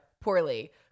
poorly